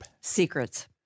Secrets